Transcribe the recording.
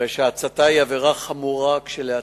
הרי שהצתה היא עבירה חמורה כשלעצמה,